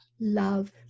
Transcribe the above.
love